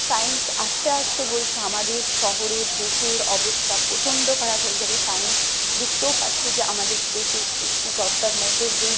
science আস্তে আস্তে বলছে আমাদের শহরের দেশের অবস্থা প্রচণ্ড খারাপ হয়ে যাবে সায়েন্স দেখতেও পাচ্ছে যে আমাদের দেশের সৃষ্টিকর্তার মধ্যে যেই